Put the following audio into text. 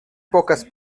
pocas